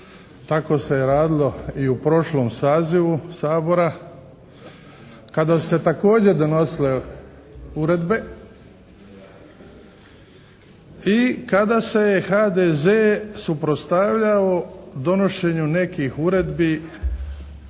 Tako se je radilo i u prošlom sazivu Sabora kada su se također donosile uredbe i kada se je HDZ suprotstavljao donošenju nekih uredbi